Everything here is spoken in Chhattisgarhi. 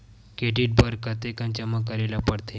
क्रेडिट बर कतेकन जमा करे ल पड़थे?